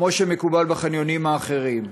כמו שמקובל בחניונים האחרים.